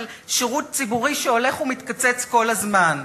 על שירות ציבורי שהולך ומתקצץ כל הזמן.